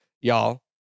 Y'all